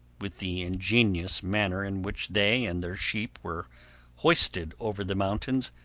with the ingenious manner in which they and their sheep were hoisted over the mountains,